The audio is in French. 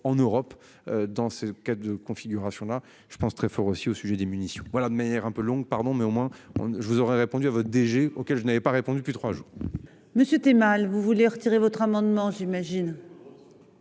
en Europe. Dans ce cas de configuration là je pense très fort aussi au sujet des munitions. Voilà, de manière un peu longue pardon mais au moins je vous aurais répondu à votre DG auquel je n'avais pas répondu. Depuis 3 jours. Monsieur tu es mal vous voulez retirer votre amendement j'imagine.